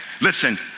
Listen